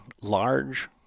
large